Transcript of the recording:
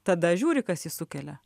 tada žiūri kas jį sukelia